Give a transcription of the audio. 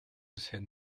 bisher